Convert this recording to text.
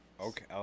okay